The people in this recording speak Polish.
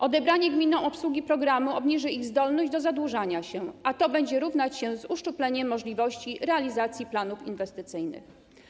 Odebranie gminom obsługi programu obniży ich zdolność do zadłużania się, a to będzie równać się uszczupleniu możliwości realizacji planów inwestycyjnych.